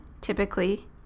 typically